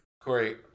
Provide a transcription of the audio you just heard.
Corey